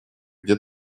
где